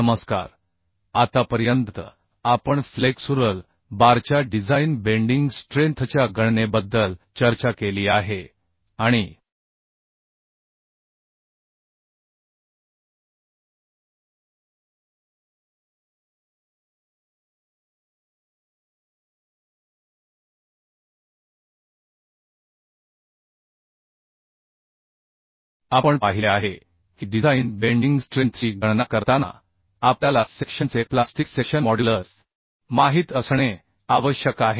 नमस्कार आतापर्यंत आपण फ्लेक्सुरल बारच्या डिझाइन बेंडिंग स्ट्रेंथच्या गणनेबद्दल चर्चा केली आहे आणि आपण पाहिले आहे की डिझाइन बेंडिंग स्ट्रेंथची गणना करताना आपल्याला सेक्शनचे प्लास्टिक सेक्शन मॉड्युलस माहित असणे आवश्यक आहे